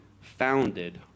founded